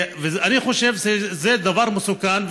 אני חושב שזה דבר מסוכן,